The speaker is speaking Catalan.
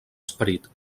esperit